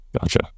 Gotcha